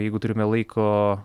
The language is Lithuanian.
jeigu turime laiko